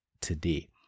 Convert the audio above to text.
today